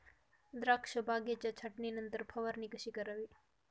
द्राक्ष बागेच्या छाटणीनंतर फवारणी कशी करावी?